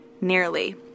Nearly